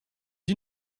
you